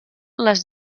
les